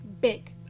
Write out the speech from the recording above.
big